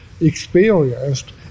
experienced